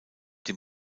dem